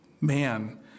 man